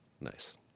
nice